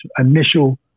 initial